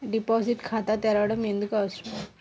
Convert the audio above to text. Deposit ఖాతా తెరవడం ఎందుకు అవసరం?